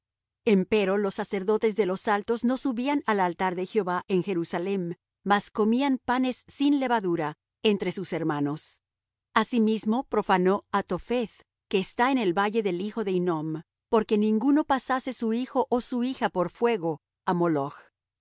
ciudad empero los sacerdotes de los altos no subían al altar de jehová en jerusalem mas comían panes sin levadura entre sus hermanos asimismo profanó á topheth que está en el valle del hijo de hinnom porque ninguno pasase su hijo ó su hija por fuego á moloch